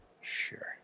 Sure